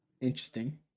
interesting